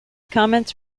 comments